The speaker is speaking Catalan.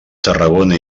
tarragona